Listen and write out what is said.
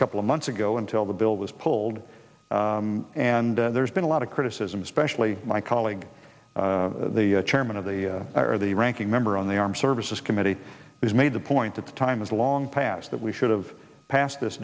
couple of months ago until the bill was pulled and there's been a lot of criticism especially my colleague the chairman of the or the ranking member on the armed services committee has made the point that the time is long past that we should have passed